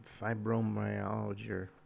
Fibromyalgia